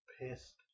pissed